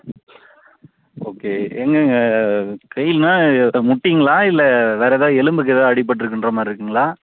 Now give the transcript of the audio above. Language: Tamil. ம் ஓகே எங்கெங்கே கைங்களா முட்டிங்களா இல்லை வேறு ஏதாவது எலும்புக்கு ஏதாவது அடிபட்டுருக்கின்ற மாதிரி இருக்குதுங்களா